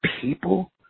people